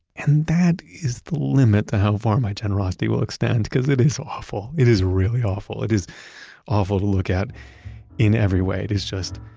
and that is the limit to how far my generosity will extend because it is awful. it is really awful. it is awful to look at in every way. it is just,